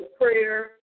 prayer